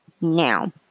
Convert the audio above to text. Now